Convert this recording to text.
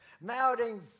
mounting